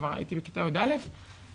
כבר הייתי בכיתה י"א ואז